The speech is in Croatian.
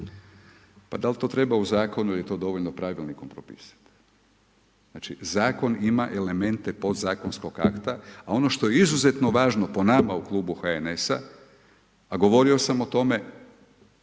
Pa dal' to treba u zakonu ili je to dovoljno pravilnikom propisati? Znači zakon ima elemente podzakonskog akta a ono što je izuzetno važno po nama u klubu HNS-a govorio sam o tome,